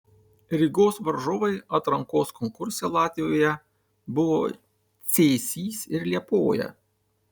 rygos varžovai atrankos konkurse latvijoje buvo cėsys ir liepoja